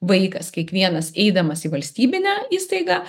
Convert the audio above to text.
vaikas kiekvienas eidamas į valstybinę įstaigą